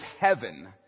heaven